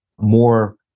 more